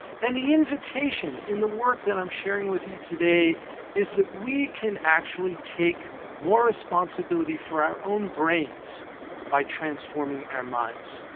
and the invitation in the work that i'm sharing with you today is that we can actually take more responsibility for our own brains by transforming our minds.